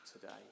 today